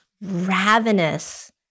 ravenous